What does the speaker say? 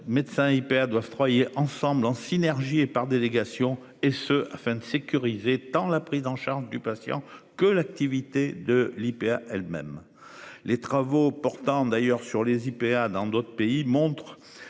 médecin hyper doivent travailler ensemble en synergie et par délégation et ce afin de sécuriser tant la prise en charge du patient. Que l'activité de l'IPA elles-mêmes. Les travaux portant d'ailleurs sur les IPA dans d'autres pays montre.